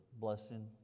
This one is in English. blessing